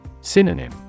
Synonym